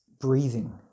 breathing